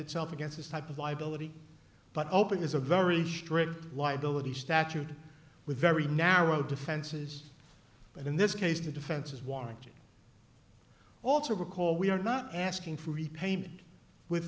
itself against this type of liability but open is a very strict liability statute with very narrow defenses but in this case the defense is warranted also recall we are not asking for repayment with